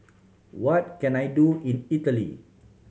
what can I do in Italy